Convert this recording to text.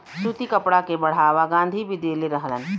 सूती कपड़ा के बढ़ावा गाँधी भी देले रहलन